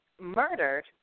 murdered